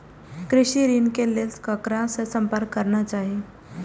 कृषि ऋण के लेल ककरा से संपर्क करना चाही?